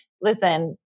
listen